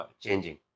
changing